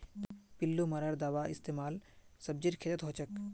पिल्लू मारा दाबार इस्तेमाल सब्जीर खेतत हछेक